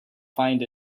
find